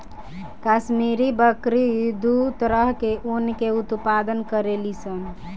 काश्मीरी बकरी दू तरह के ऊन के उत्पादन करेली सन